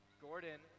Gordon